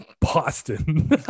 boston